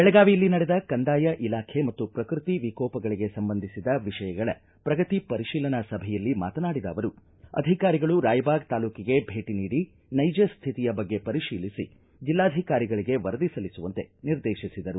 ಬೆಳಗಾವಿಯಲ್ಲಿ ನಡೆದ ಕಂದಾಯ ಇಲಾಖೆ ಮತ್ತು ಪ್ರಕೃತಿ ವಿಕೋಪಗಳಿಗೆ ಸಂಬಂಧಿಸಿದ ವಿಷಯಗಳ ಪ್ರಗತಿ ಪರಿಶೀಲನಾ ಸಭೆಯಲ್ಲಿ ಮಾತನಾಡಿದ ಅವರು ಅಧಿಕಾರಿಗಳು ರಾಯಬಾಗ ತಾಲೂಕಿಗೆ ಭೇಟ ನೀಡಿ ನೈಜ ಸ್ಥಿತಿಯ ಬಗ್ಗೆ ಪರಿಶೀಲಿಸಿ ಜೆಲ್ಲಾಧಿಕಾರಿಗಳಿಗೆ ವರದಿ ಸಲ್ಲಿಸುವಂತೆ ನಿರ್ದೇತಿಸಿದರು